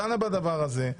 מה לעשות,